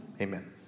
amen